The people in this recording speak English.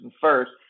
first